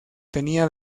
tenía